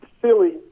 silly